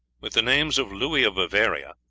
with the names of louis of bavaria,